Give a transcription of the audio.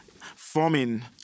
forming